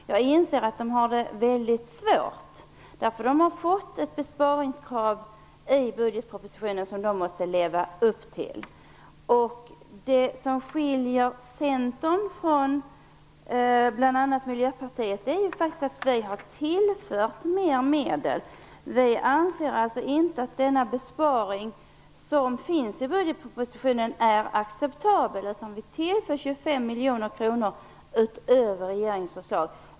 Jag inser att Kriminalvårdsstyrelsen har det mycket svårt. Man har fått ett besparingskrav i budgetpropositionen som man måste leva upp till. Det som skiljer Centern från bl.a. Miljöpartiet är faktiskt att vi har tillfört mera medel. Vi anser alltså inte att denna besparing som finns i budgetpropositionen är acceptabel. Vi tillför 25 miljoner kronor utöver regeringens förslag.